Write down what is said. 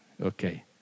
Okay